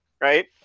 right